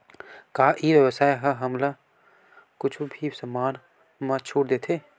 का ई व्यवसाय ह हमला कुछु भी समान मा छुट देथे?